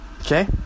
okay